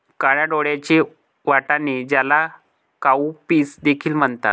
काळ्या डोळ्यांचे वाटाणे, ज्याला काउपीस देखील म्हणतात